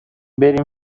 بریم